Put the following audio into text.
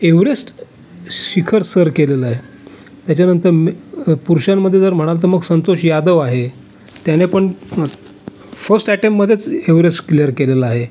Everest शिखर सर केलेलं आहे त्याच्यानंतर मे पुरुषांमध्ये जर म्हणाल तर मग संतोष यादव आहे त्याने पण फस्ट एटेममध्येच एवरेस क्लिअर केलेलं आहे